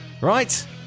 Right